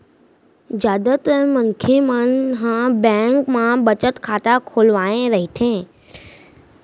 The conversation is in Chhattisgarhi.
जादातर मनखे मन ह बेंक म बचत खाता खोलवाए रहिथे